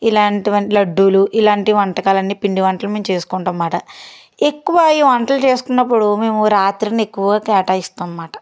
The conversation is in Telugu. ఇలాంటివి అన్నీ లడ్లు ఇలాంటి వంటకాలు అన్నీ పిండి వంటలు మేం చేసుకుంటాం అన్నమాట ఎక్కువ ఈ వంటలు చేస్తున్నప్పుడు మేము రాత్రిని ఎక్కువగా కేటాయిస్తాం అన్నమాట